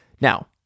Now